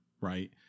Right